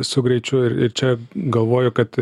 su greičiu ir čia galvoju kad